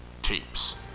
tapes